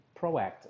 proactive